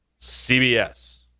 CBS